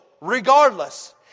regardless